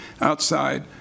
outside